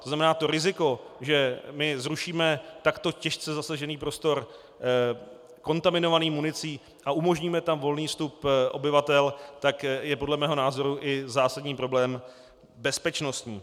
To znamená, to riziko, že my zrušíme takto těžce zasažený prostor, kontaminovaný municí, a umožníme tam volný vstup obyvatel, je podle mého názoru zásadní problém bezpečnostní.